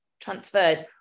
transferred